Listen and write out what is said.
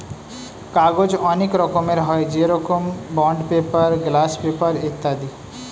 কাগজ অনেক রকমের হয়, যেরকম বন্ড পেপার, গ্লাস পেপার ইত্যাদি